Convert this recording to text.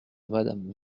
madame